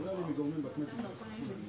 היא לא מפריעה לך, היא מחדדת ומדייקת נקודות.